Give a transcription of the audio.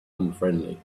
unfriendly